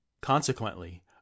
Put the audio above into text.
Consequently